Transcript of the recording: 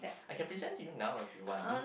I can present to you now if you want